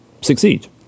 succeed